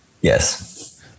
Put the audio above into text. Yes